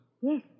Yes